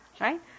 Right